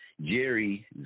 Jerry